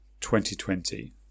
2020